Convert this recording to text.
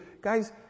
Guys